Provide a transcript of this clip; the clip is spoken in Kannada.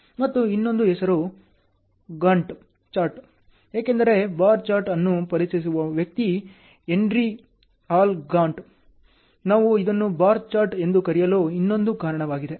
ಮತ್ತು ಇನ್ನೊಂದು ಹೆಸರು ಗ್ಯಾಂಟ್ ಚಾರ್ಟ್ ಏಕೆಂದರೆ ಬಾರ್ ಚಾರ್ಟ್ ಅನ್ನು ಪರಿಚಯಿಸುವ ವ್ಯಕ್ತಿ ಹೆನ್ರಿ ಎಲ್ ಗ್ಯಾಂಟ್ ನಾವು ಇದನ್ನು ಬಾರ್ ಚಾರ್ಟ್ ಎಂದು ಕರೆಯಲು ಇನ್ನೊಂದು ಕಾರಣವಾಗಿದೆ